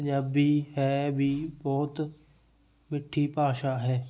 ਪੰਜਾਬੀ ਹੈ ਵੀ ਬਹੁਤ ਮਿੱਠੀ ਭਾਸ਼ਾ ਹੈ